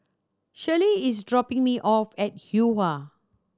Shirlie is dropping me off at Yuhua